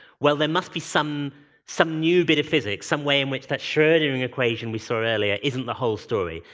well there must be some some new bit of physics, some way in which that schrodinger's equation we saw earlier isn't the whole story.